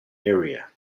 area